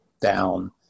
down